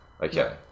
Okay